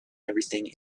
everything